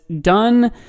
done